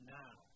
now